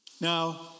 Now